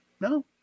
No